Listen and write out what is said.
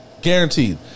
guaranteed